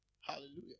Hallelujah